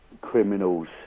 criminals